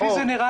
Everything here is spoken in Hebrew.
מה התוכנית?